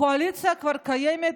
הקואליציה כבר קיימת,